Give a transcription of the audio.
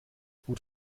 gut